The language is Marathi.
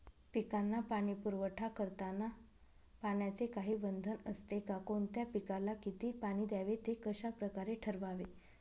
पिकांना पाणी पुरवठा करताना पाण्याचे काही बंधन असते का? कोणत्या पिकाला किती पाणी द्यावे ते कशाप्रकारे ठरवावे?